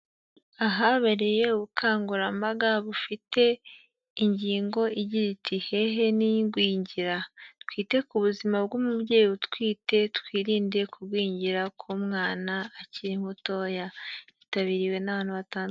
Ahabereye ubukangurambaga bufite ingingo igira iti "hehe nigwingira." Twite ku buzima bw'umubyeyi utwite. Twirinde kugwingira k'umwana akiri mutoya. Yitabiriwe n'abantu bata...